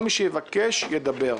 כל מי שיבקש, ידבר.